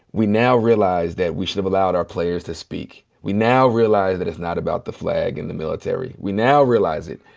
we now realize that we should have allowed our players to speak. we now realize that it's not about the flag and the military. we now realize it.